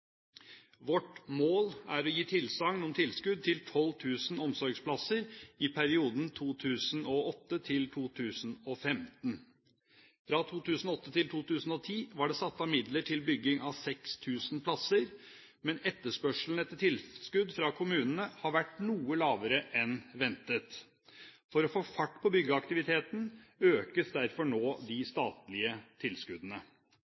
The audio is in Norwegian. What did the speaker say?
Vårt mål er å gi tilsagn om tilskudd til 12 000 omsorgsplasser i perioden 2008–2015. Fra 2008–2010 var det satt av midler til bygging av 6 000 plasser, men etterspørselen etter tilskudd fra kommunene har vært noe lavere enn ventet. For å få fart på byggeaktiviteten økes derfor nå de